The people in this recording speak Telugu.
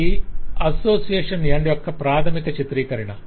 ఇది అసోసియేషన్ ఎండ్ యొక్క ప్రాథమిక చిత్రీకరణ